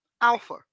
alpha